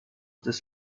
this